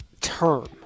term